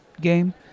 game